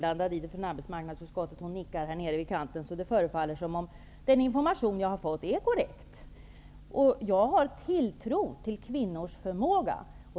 Susanne Gaje från arbetsmarknadsutskottet som har varit inblandad i detta nickar, så det förefaller som om den information jag har fått är korrekt. Jag har tilltro till kvinnors förmåga.